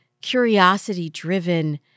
curiosity-driven